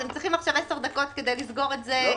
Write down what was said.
אתם צריכים עשר דקות כדי לסגור את זה מולו?